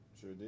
Sure